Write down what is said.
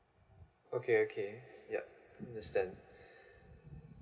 okay okay yup understand